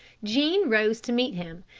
jean rose to meet him.